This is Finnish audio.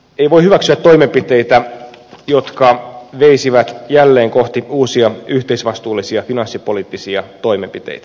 ei voi hyväksyä toimenpiteitä jotka veisivät jälleen kohti uusia yhteisvastuullisia finanssipoliittisia toimenpiteitä